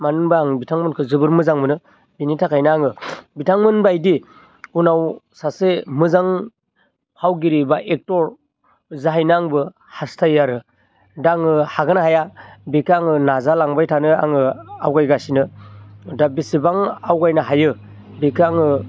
मानो होनबा आं बिथांमोनखौ जोबोर मोजां मोनो बिनि थाखायनो आङो बिथांमोनबायदि उनाव सासे मोजां फावगिरि बा एक्टर जाहैनो आंबो हास्थायो आरो दा आङो हागोन ना हाया बेखौ आङो नाजालांबाय थानो आङो आवगायगासिनो दा बिसिबां आवगायनो हायो बेखौ आङो